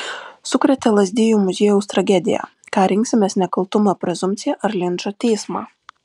sukrėtė lazdijų muziejaus tragedija ką rinksimės nekaltumo prezumpciją ar linčo teismą